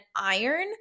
iron